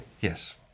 Yes